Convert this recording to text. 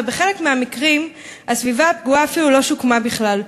בחלק מהמקרים הסביבה הפגועה אפילו לא שוקמה בכלל,